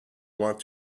want